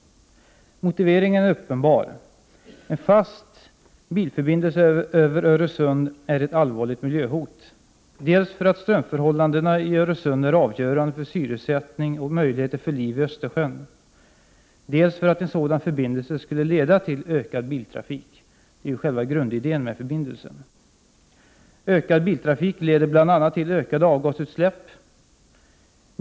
Motiveringen är uppenbar. En fast bilförbindelse över Öresund är ett allvarligt miljöhot: dels därför att strömförhållandena i Öresund är avgörande för syrsättning och möjligheterna för liv i Östersjön, dels därför att en sådan förbindelse skulle leda till ökad biltrafik — det är ju själva grundidén med förbindelsen. Ökad biltrafik leder bl.a. till ökade avgasutsläpp.